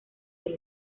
del